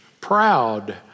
proud